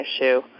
issue